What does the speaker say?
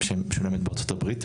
שמשולמת בארצות הברית.